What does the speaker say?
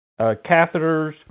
catheters